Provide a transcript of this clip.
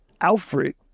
Alfred